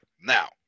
Now